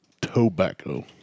Tobacco